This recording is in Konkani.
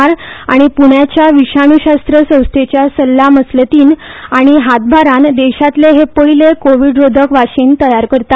आर आनी पुण्याच्या विशाणूशास्त्र संस्थेच्या सल्ला मसलतीन आनी हातभारान देशातले हे पयले कोविडरोधक वाशिन तयार करता